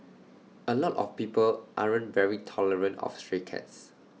A lot of people aren't very tolerant of stray cats